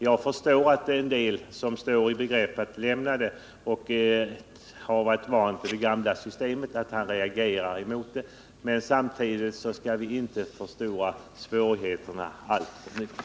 Jag förstår att en del som står i begrepp att lämna det gamla systemet och har varit vana vid det reagerar mot det nya. Men vi skall inte förstora svårigheterna alltför mycket.